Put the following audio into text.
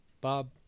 Bob